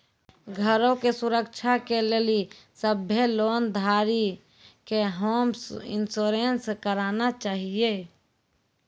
घरो के सुरक्षा के लेली सभ्भे लोन धारी के होम इंश्योरेंस कराना छाहियो